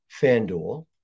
FanDuel